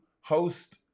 host